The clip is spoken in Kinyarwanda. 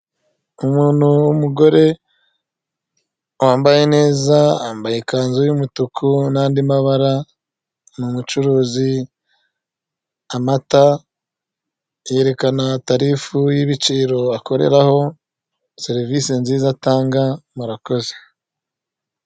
Umuntu w'umugore wambaye neza yambaye ikanzu y'umutuku nandi mabara . Ni umucuruzi, amata yerekana tarifu y'ibiciro akoreraho serivisi nziza atanga murakoze.